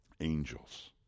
angels